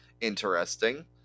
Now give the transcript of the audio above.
Interesting